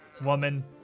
woman